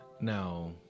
now